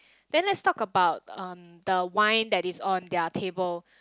then let's talk about um the wine that is on their table